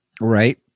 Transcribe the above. Right